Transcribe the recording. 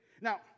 Now